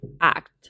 act